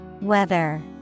Weather